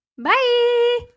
Bye